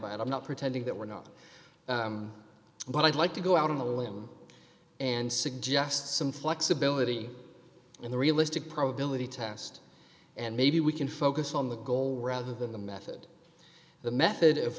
by it i'm not pretending that we're not but i'd like to go out on the limb and suggest some flexibility in the realistic probability test and maybe we can focus on the goal rather than the method the method of